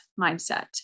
mindset